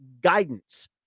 guidance